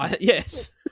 Yes